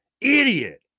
Idiot